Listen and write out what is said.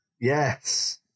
Yes